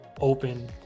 open